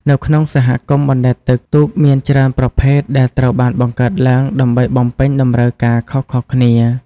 នៅក្នុងសហគមន៍អណ្តែតទឹក ទូកមានច្រើនប្រភេទដែលត្រូវបានបង្កើតឡើងដើម្បីបំពេញតម្រូវការខុសៗគ្នា។